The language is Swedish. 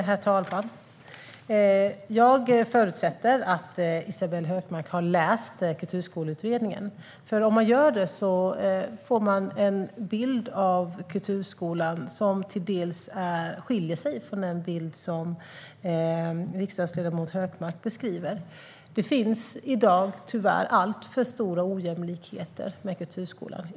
Herr talman! Jag förutsätter att Isabella Hökmark har läst Kulturskoleutredningen. Om man gör det får man en bild av kulturskolan som till dels skiljer sig från den bild som riksdagsledamot Hökmark beskriver. Det finns i dag tyvärr alltför stora ojämlikheter med kulturskolan.